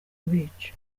kubica